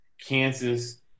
Kansas